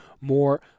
more